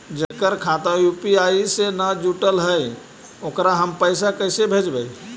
जेकर खाता यु.पी.आई से न जुटल हइ ओकरा हम पैसा कैसे भेजबइ?